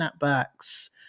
snapbacks